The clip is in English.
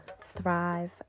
thrive